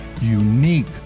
unique